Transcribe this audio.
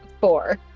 Four